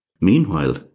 Meanwhile